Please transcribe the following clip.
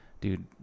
dude